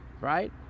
Right